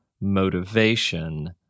motivation